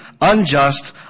unjust